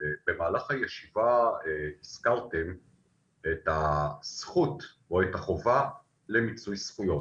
במהלך הישיבה הזכרתם את הזכות או את החובה למיצוי זכויות,